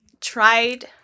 tried